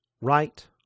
Right